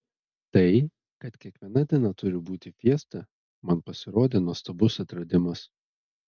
tai kad kiekviena diena turi būti fiesta man pasirodė nuostabus atradimas